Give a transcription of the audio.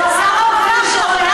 שר האוצר שלך.